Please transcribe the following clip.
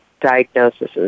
diagnoses